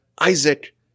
Isaac